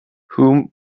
whom